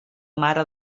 mare